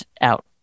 out